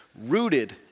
rooted